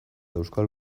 euskal